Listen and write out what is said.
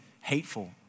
hateful